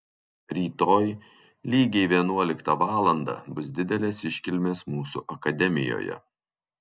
rytoj lygiai vienuoliktą valandą bus didelės iškilmės mūsų akademijoje